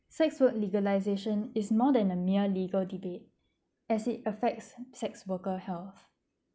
sex work legalisation is more than a mere legal debate as it affects sex worker's health